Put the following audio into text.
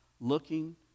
looking